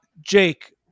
Jake